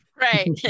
Right